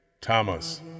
Thomas